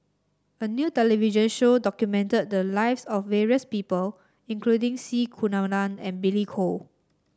a new television show documented the lives of various people including C Kunalan and Billy Koh